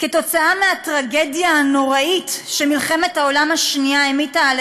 כתוצאה מהטרגדיה הנוראית שמלחמת העולם השנייה המיטה על